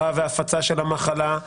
העברה והפצה של המחלה,